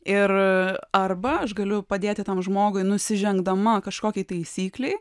ir arba aš galiu padėti tam žmogui nusižengdama kažkokiai taisyklei